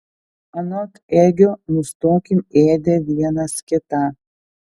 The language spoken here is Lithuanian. anot egio nustokim ėdę vienas kitą